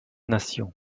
nation